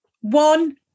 one